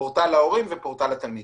פורטל להורים ופורטל לתלמידים.